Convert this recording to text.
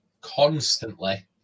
constantly